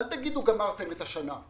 אל תגידו: גמרתם את השנה.